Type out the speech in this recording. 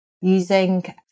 using